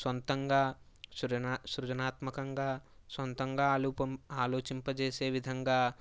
సొంతంగా సృన సృజనాత్మకంగా సొంతంగా ఆలుపం ఆలోచింపజేసే విధంగా